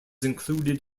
included